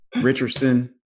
Richardson